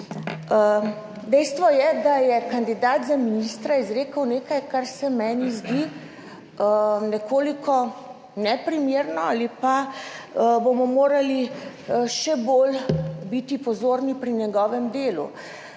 Dejstvo je, da je kandidat za ministra izrekel nekaj, kar se meni zdi nekoliko neprimerno ali pa bomo morali še bolj biti pozorni pri njegovem delu.